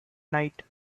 night